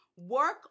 Work